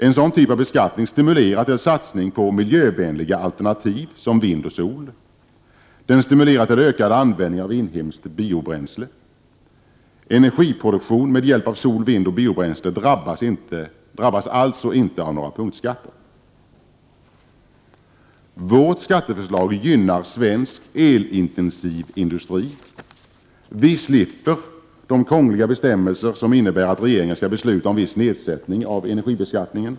En sådan typ av beskattning stimulerar till satsning på miljövänliga alternativ som vind och sol. Den stimulerar till ökad användning av inhemskt biobränsle. Energiproduktion med hjälp av sol, vind och biobränsle drabbas alltså inte av några punktskatter. Vårt skatteförslag gynnar svensk elintensiv industri. Vi slipper krångliga bestämmelser som innebär att regeringen skall besluta om viss nedsättning av energibeskattningen.